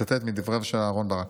מצטט מדבריו של אהרן ברק,